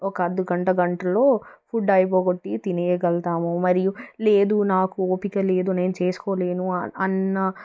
ఒక అర్ధగంట గంటలో ఫుడ్ అయిపోగొట్టి తినేయగలగుతాము మరియు లేదు నాకు ఓపిక లేదు నేను చేసుకోలేను అన్నా